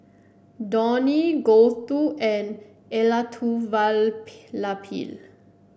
Dhoni Gouthu and Elattuvalapil